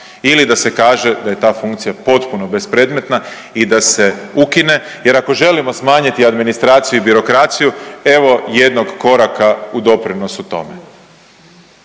ili da se kaže da je ta funkcija potpuno bespredmetna i da se ukine. Jer ako želimo smanjiti administraciju i birokraciju evo jednog koraka u doprinosu tome.